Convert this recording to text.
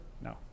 No